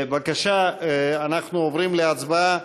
בבקשה, אנחנו עוברים להצבעה.